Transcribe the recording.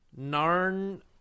narn